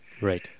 Right